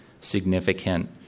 significant